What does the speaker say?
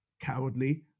cowardly